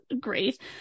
great